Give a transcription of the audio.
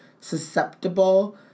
susceptible